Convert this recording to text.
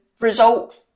result